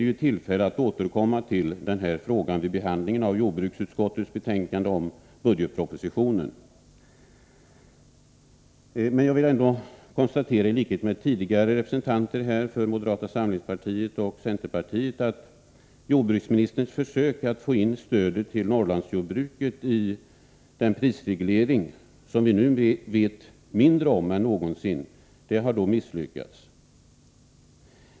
Det blir tillfälle att återkomma till denna fråga vid behandlingen av jordbruksutskottets betänkande med anledning av budgetpropositionen, men jag vill i likhet med representanterna för moderata samlingspartiet och centerpartiet konstatera att jordbruksministerns försök att få in stödet till Norrlandsjordbruket i den prisreglering som vi nu vet mindre än någonsin om har misslyckats.